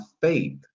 faith